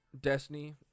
destiny